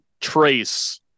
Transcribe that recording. trace